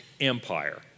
empire